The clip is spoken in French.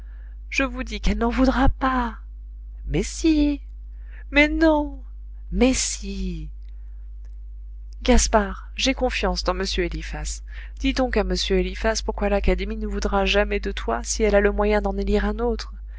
je vous dis qu'elle n'en voudra pas mais si mais non mais si gaspard j'ai confiance dans m eliphas dis donc à m eliphas pourquoi l'académie ne voudra jamais de toi si elle a le moyen d'en élire un autre